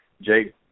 Jake